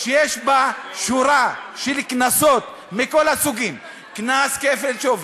שיש בה שורה של קנסות מכל הסוגים: קנס כפל שווי,